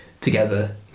together